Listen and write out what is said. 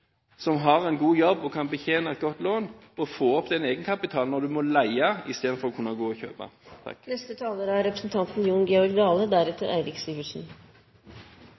som har en god jobb og kan betjene et godt lån, å oppnå den egenkapitalen når man må leie istedenfor å kunne gå og kjøpe.